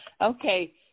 Okay